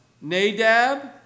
Nadab